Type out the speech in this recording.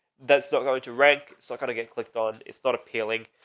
that's still going to rank, so i kind of get clicked on. it's not appealing.